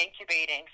incubating